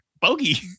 Bogey